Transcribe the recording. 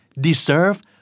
Deserve